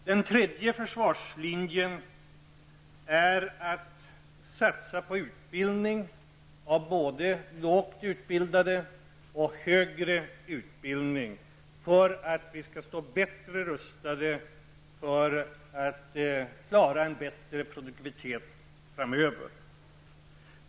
Den tredje försvarslinjen innebär att man satsar på utbildning av både lågt utbildade och högre utbildade personer för att vi skall stå bättre rustade för att klara en bättre produktivitet framöver.